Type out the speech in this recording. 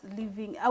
living